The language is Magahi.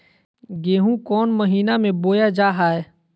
गेहूँ कौन महीना में बोया जा हाय?